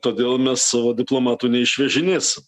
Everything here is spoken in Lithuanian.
todėl mes savo diplomatų neišvežinėsim